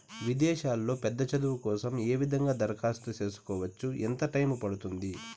విదేశాల్లో పెద్ద చదువు కోసం ఏ విధంగా దరఖాస్తు సేసుకోవచ్చు? ఎంత టైము పడుతుంది?